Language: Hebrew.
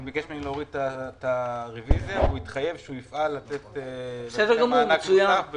הוא ביקש ממני להוריד את הרביזיה והוא התחייב שהוא יפעל לתת מענק במסגרת